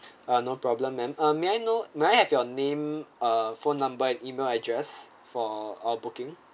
ah no problem ma'am uh may I know may I have your name uh phone number and email address for our booking